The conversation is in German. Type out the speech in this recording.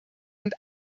und